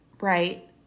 right